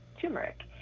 turmeric